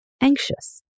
anxious